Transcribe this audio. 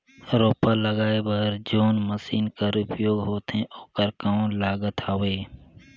रोपा लगाय बर जोन मशीन कर उपयोग होथे ओकर कौन लागत हवय?